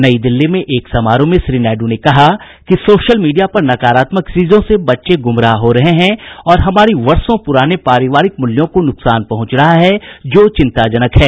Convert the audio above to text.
नई दिल्ली में एक समारोह में श्री नायडू ने कहा कि सोशल मीडिया पर नकारात्मक चीजों से बच्चे गुमराह हो रहे है और हमारी वर्षो पुराने पारिवारिक मूल्यों को नुकसान पहुंच रहा है जो चिंताजनक है